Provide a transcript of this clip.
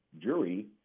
jury